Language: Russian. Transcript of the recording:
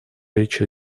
речь